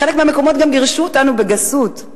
בחלק מהמקומות גם גירשו אותנו בגסות,